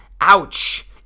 Ouch